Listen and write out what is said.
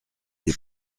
des